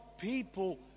people